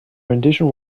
rendition